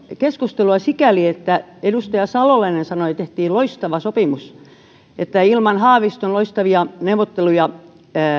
keskustelua sikäli että edustaja salolainen sanoi että tehtiin loistava sopimus ja että ilman haaviston loistavia neuvotteluja